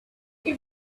but